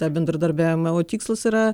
tą bendradarbiavimą o tikslas yra